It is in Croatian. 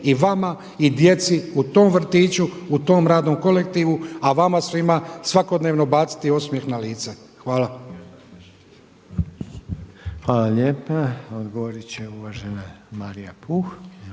i vama i djeci u tom vrtiću, u tom radnom kolektivu a vama svima svakodnevno baciti osmjeh na lice. Hvala. **Reiner, Željko (HDZ)** Hvala lijepa. Odgovoriti će uvažena Marija Puh.